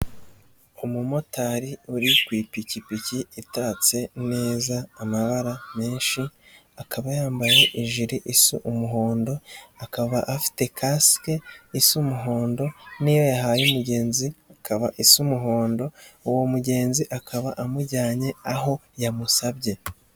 Umumotari uri ku ipikipiki itatse neza amabara menshi, akaba yambaye ijire isa umuhondo, akaba afite kasike isa umuhondo n'iyo yahaye umugenzi akaba isa umuhondo, uwo mugenzi akaba amujyanye aho yamusabye.